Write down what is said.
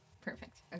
Perfect